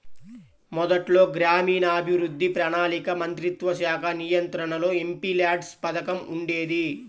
మొదట్లో గ్రామీణాభివృద్ధి, ప్రణాళికా మంత్రిత్వశాఖ నియంత్రణలో ఎంపీల్యాడ్స్ పథకం ఉండేది